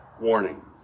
warning